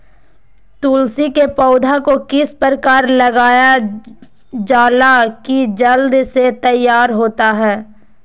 तुलसी के पौधा को किस प्रकार लगालजाला की जल्द से तैयार होता है?